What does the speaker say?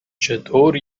چطور